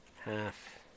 half